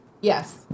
Yes